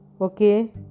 Okay